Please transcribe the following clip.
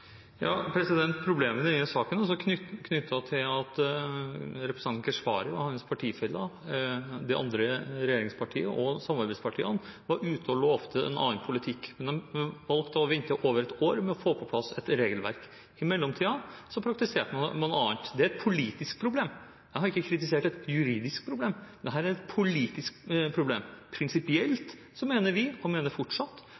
Problemet i denne saken er altså knyttet til at representanten Keshvari og hans partifeller, det andre regjeringspartiet og samarbeidspartiene, var ute og lovte en annen politikk, men valgte å vente over et år med å få på plass et regelverk. I mellomtiden praktiserte man noe annet. Det er et politisk problem. Jeg har ikke kritisert et juridisk problem – dette er et politisk problem. Prinsipielt mener vi, og mener fortsatt,